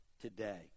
today